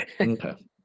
okay